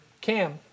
cam